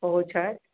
ओहो छथि